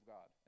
God